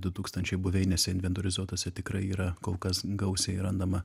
du tūkstančiai buveinėse inventorizuotose tikrai yra kol kas gausiai randama